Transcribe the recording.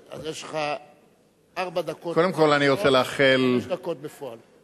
אז יש לך ארבע דקות, חמש דקות בפועל.